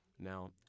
Now